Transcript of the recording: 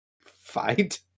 fight